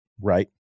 Right